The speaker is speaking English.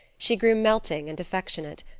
she grew melting and affectionate,